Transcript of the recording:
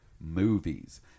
movies